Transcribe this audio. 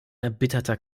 erbitterter